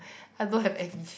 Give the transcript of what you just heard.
I don't have any